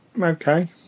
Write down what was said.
okay